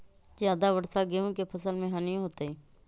ज्यादा वर्षा गेंहू के फसल मे हानियों होतेई?